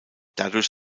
dadurch